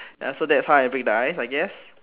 ya so that's how I break the ice I guess